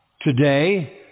Today